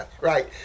right